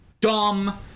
dumb